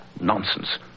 Nonsense